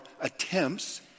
attempts